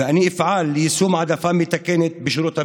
ואני אפעל ליישום העדפה מתקנת בשירות המדינה.